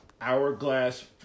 hourglass